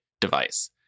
device